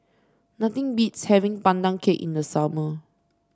nothing beats having Pandan Cake in the summer